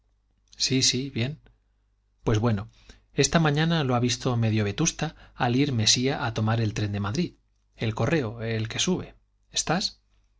sí sí bien pues bueno esta mañana lo ha visto medio vetusta al ir mesía a tomar el tren de madrid el correo el que sube estás